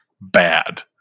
bad